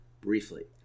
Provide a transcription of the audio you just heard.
briefly